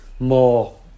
more